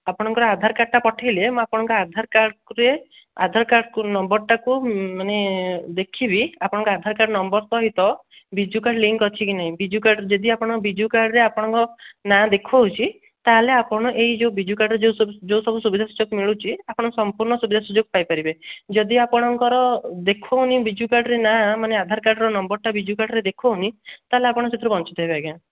ଆପଣଙ୍କର ଆଧାର କାର୍ଡ଼୍ଟା ପଠାଇଲେ ମୁଁ ଆପଣଙ୍କ ଆଧାର କାର୍ଡ଼୍ରେ ଆଧାର କାର୍ଡ଼୍କୁ ନମ୍ବର୍ଟାକୁ ମାନେ ଦେଖିବି ଆପଣଙ୍କ ଆଧାର କାର୍ଡ଼୍ ନମ୍ବର୍ ସହିତ ବିଜୁ କାର୍ଡ୍ ଲିଙ୍କ୍ ଅଛି କି ନାହିଁ ବିଜୁ କାର୍ଡ଼୍ ଯଦି ଆପଣ ବିଜୁ କାର୍ଡ଼୍ରେ ଆପଣଙ୍କ ନାଁ ଦେଖାଉଛି ତା'ହେଲେ ଆପଣ ଏହି ଯେଉଁ ବିଜୁ କାର୍ଡ଼୍ର ଯେଉଁ ସବୁ ଯେଉଁ ସବୁ ସୁବିଧା ସୁଯୋଗ ମିଳୁଛି ଆପଣ ସମ୍ପୂର୍ଣ୍ଣ ସୁବିଧା ସୁଯୋଗ ପାଇପାରିବେ ଯଦି ଆପଣଙ୍କର ଦେଖାଉନି ବିଜୁ କାର୍ଡ଼୍ରେ ନାଁ ମାନେ ଆଧାର କାର୍ଡ଼୍ର ନମ୍ବର୍ଟା ବିଜୁ କାର୍ଡ଼୍ରେ ଦେଖାଉନି ତା'ହେଲେ ଆପଣ ସେଥୁରୁ ବଞ୍ଚିତ ହେବେ ଆଜ୍ଞା